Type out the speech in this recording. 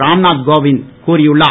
ராம்நாத் கோவிந்த் கூறியுள்ளார்